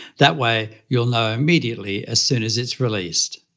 that way, you'll know immediately as soon as it's released.